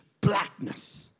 blackness